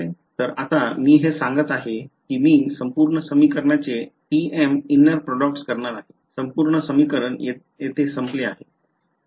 तर आता मी हे सांगत आहे की मी संपूर्ण समीकरणाचे tm inner product करणार आहे संपूर्ण समीकरण येथे संपले आहे